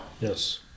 Yes